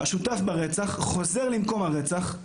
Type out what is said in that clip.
השותף ברצח, חוזר למקום הרצח,